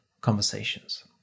conversations